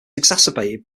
exacerbated